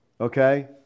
Okay